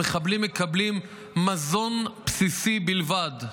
המחבלים מקבלים מזון בסיסי בלבד.